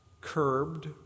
curbed